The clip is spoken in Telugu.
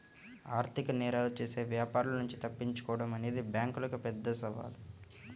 ఆర్థిక నేరాలు చేసే వ్యాపారుల నుంచి తప్పించుకోడం అనేది బ్యేంకులకు పెద్ద సవాలు